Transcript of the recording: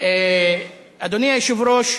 אדוני היושב-ראש,